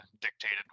dictated